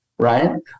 right